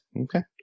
Okay